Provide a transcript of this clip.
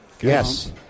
Yes